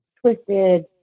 Twisted